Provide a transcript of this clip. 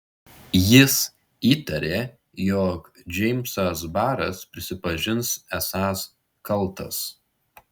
jis įtarė jog džeimsas baras prisipažins esąs kaltas